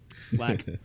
Slack